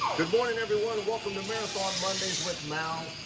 good morning everyone and welcome to marathon mondays with mal,